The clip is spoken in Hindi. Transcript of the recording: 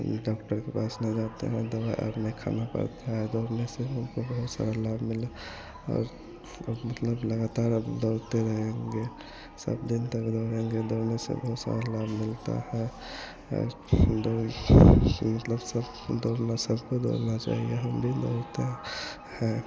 हम डॉक्टर के पास नहीं जाते हैं दवाई और नहीं खाना पड़ता है दौड़ने से हमको बहुत सारा लाभ मिला और और मतलब लगातार अब दौड़ते रहेंगे सब दिन तक दौड़ेंगे दौड़ने से बहुत सारा लाभ मिलता है और दौड़ मतलब सब दौड़ना सबको दौड़ना चाहिए हम भी दौड़ते हैं